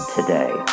today